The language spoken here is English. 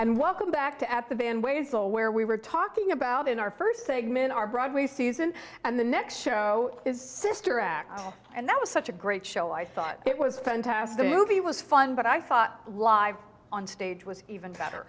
and welcome back to at the band ways aware we were talking about in our first segment our broadway season and the next show is sister act and that was such a great show i thought it was fantastic movie was fun but i thought live on stage was even better